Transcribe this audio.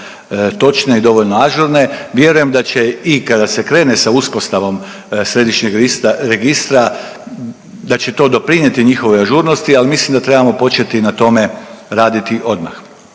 točne i dovoljno ažurne. Vjerujem da će i kada se krene sa uspostavom središnjeg registra, da će to doprinijeti njihovoj ažurnosti ali mislim da trebamo početi na tome raditi odmah.